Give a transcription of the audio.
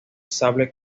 sable